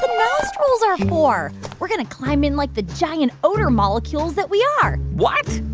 nostrils are for. we're going to climb in like the giant odor molecules that we are what?